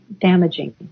damaging